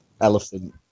elephant